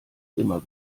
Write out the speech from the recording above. immer